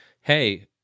hey